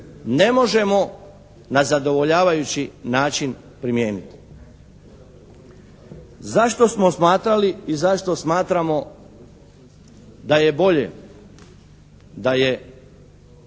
ne možemo na zadovoljavajući način primijeniti. Zašto smo smatrali i zašto smatramo da je bolje, da je